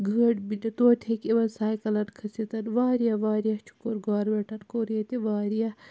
گٲڑۍ میلہِ توتہِ ہیٚکہِ یِمَن سایکَلَن کھٔسِتھ وارِیاہ وارِیاہ چھُ کوٚر گورمِنٹَن کوٚر ییٚتہِ وارِیاہ